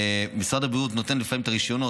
משרד הבריאות נותן לפעמים את הרישיונות,